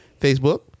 Facebook